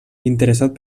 interessat